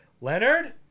Leonard